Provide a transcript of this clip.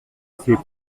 c’est